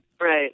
Right